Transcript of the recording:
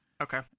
Okay